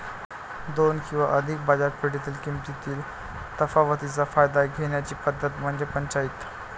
दोन किंवा अधिक बाजारपेठेतील किमतीतील तफावतीचा फायदा घेण्याची पद्धत म्हणजे पंचाईत